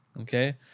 Okay